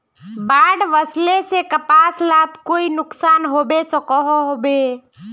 बाढ़ वस्ले से कपास लात कोई नुकसान होबे सकोहो होबे?